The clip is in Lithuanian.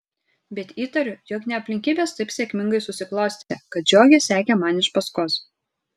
bet įtariu jog ne aplinkybės taip sėkmingai susiklostė kad žiogė sekė man iš paskos